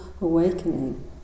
awakening